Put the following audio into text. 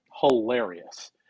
hilarious